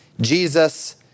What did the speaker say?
Jesus